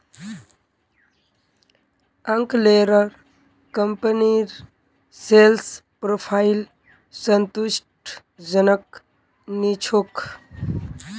अंकलेर कंपनीर sales profile संतुष्टिजनक नी छोक